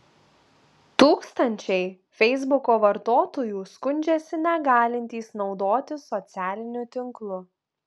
tūkstančiai feisbuko vartotojų skundžiasi negalintys naudotis socialiniu tinklu